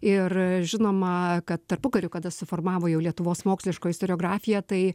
ir žinoma kad tarpukariu kada susiformavo jau lietuvos moksliškoji istoriografija tai